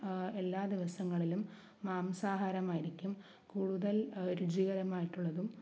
എല്ലാ ദിവസങ്ങളിലും മാംസാഹാരമായിരിക്കും കൂടുതൽ രുചികരമായിട്ടുള്ളതും